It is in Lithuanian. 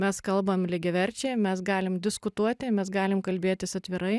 mes kalbam lygiaverčiai mes galim diskutuoti mes galim kalbėtis atvirai